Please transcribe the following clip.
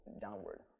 downward